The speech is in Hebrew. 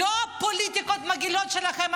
לא הפוליטיקות המגעילות שלכם,